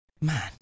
Man